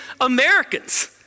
Americans